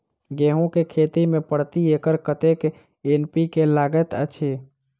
गेंहूँ केँ खेती मे प्रति एकड़ कतेक एन.पी.के लागैत अछि?